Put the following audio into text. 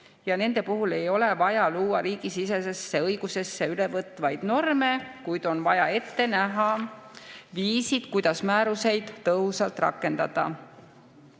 mille puhul ei ole vaja luua riigisisesesse õigusesse ülevõtvaid norme, kuid on vaja ette näha viisid, kuidas määruseid tõhusalt rakendada.